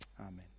Amen